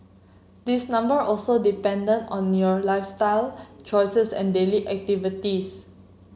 this number also dependent on your lifestyle choices and daily activities